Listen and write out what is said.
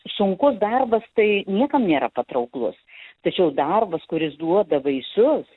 sunkus darbas tai niekam nėra patrauklus tačiau darbas kuris duoda vaisius